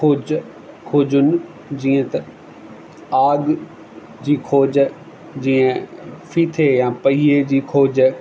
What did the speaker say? खोज खोजुनि जीअं त आग जी खोज जीअं फीथे या पहिए जी खोज